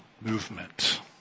movement